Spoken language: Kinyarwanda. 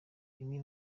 bimwe